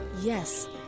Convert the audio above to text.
Yes